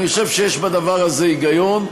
אני חושב שיש בדבר הזה היגיון,